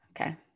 okay